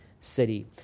city